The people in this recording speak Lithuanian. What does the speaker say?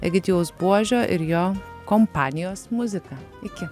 egidijaus buožio ir jo kompanijos muzika iki